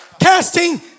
casting